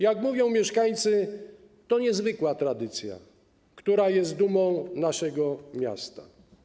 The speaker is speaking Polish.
Jak mówią mieszkańcy, jest to niezwykła tradycja, która jest dumą naszego miasta.